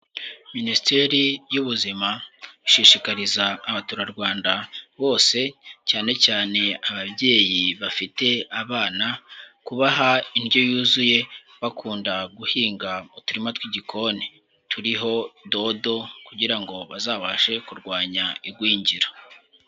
Minisiteri y'Ubuzima ishishikariza abaturarwanda bose cyane cyane ababyeyi bafite abana, kubaha indyo yuzuye bakunda guhinga uturima tw'igikoni turiho dodo kugira ngo bazabashe kurwanya igwingira.